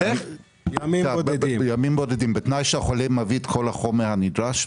בתנאי שהחולה מביא את כל החומר הנדרש,